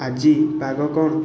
ଆଜି ପାଗ କ'ଣ